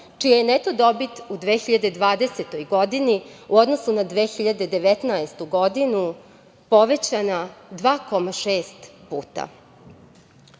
čija je neto dobit u 2020. godini u odnosu na 2019. godinu povećana 2,6 puta. Moram